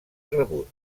rebut